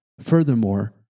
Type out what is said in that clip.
Furthermore